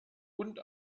und